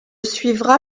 suivra